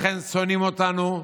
לכן שונאים אותנו,